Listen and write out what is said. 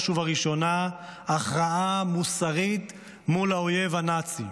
ובראשונה הכרעה מוסרית מול האויב הנאצי,